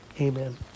Amen